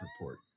Report